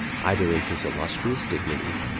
either in his illustrious dignity,